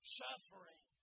suffering